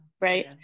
right